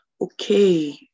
Okay